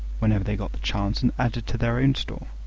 whenever they got the chance, and added to their own store.